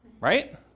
Right